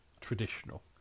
traditional